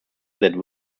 that